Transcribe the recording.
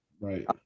right